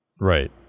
Right